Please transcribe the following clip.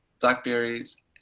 blackberries